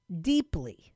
deeply